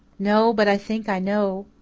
no, but i think i know.